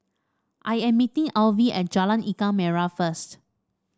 I am meeting Alvy at Jalan Ikan Merah first